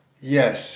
Yes